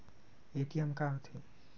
ATM का होथे?